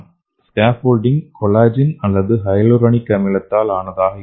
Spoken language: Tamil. ஸ்கேபோல்டிங் கொலாஜன் அல்லது ஹைலூரோனிக் அமிலத்தால் ஆனதாக இருக்கலாம்